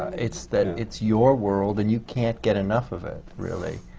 it's that it's your world and you can't get enough of it, really.